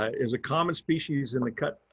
ah is a common species in the cut,